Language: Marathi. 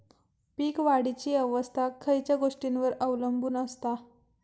पीक वाढीची अवस्था खयच्या गोष्टींवर अवलंबून असता?